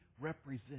represent